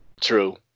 True